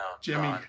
Jimmy